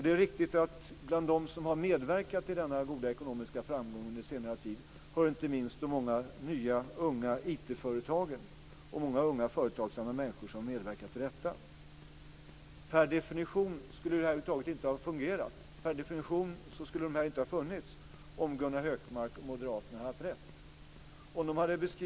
Det är riktigt att till dem som har medverkat till denna goda ekonomiska framgång under senare tid hör inte minst de många nya och unga IT-företagen. Det är många unga och företagsamma människor som medverkar till detta. Per definition skulle de här över huvud taget inte ha funnits, om Gunnar Hökmark och Moderaterna hade haft rätt.